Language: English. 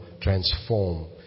transform